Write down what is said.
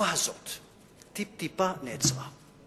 שהתנופה הזאת טיפ-טיפה נעצרה.